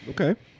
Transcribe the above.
okay